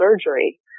surgery